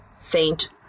faint